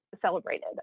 celebrated